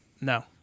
No